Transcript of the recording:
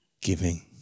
giving